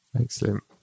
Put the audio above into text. excellent